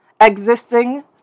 existing